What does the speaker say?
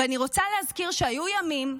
ואני רוצה להזכיר שהיו ימים,